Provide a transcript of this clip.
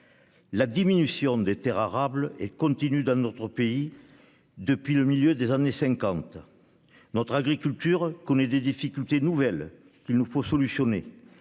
La diminution des terres arables est continue dans notre pays depuis le milieu des années 1950 et notre agriculture connaît des difficultés nouvelles auxquelles il nous faut apporter